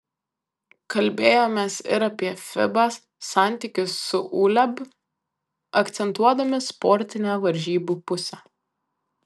kalbėjomės ir apie fiba santykius su uleb akcentuodami sportinę varžybų pusę